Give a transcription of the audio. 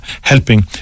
helping